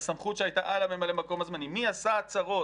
לסמכות שהייתה על הממלא מקום הזמני - מי עשה עצרות?